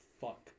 fuck